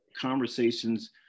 conversations